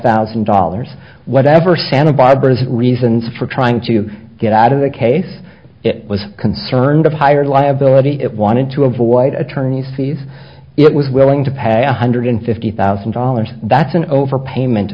thousand dollars whatever santa barbara's reasons for trying to get out of the case was concerned of higher liability it wanted to avoid attorney's fees it was willing to pay one hundred fifty thousand dollars that's an overpayment